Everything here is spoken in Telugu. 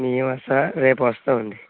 మేమా సార్ రేపు వస్తాం అండి